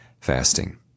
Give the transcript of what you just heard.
Fasting